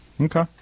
Okay